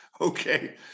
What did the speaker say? Okay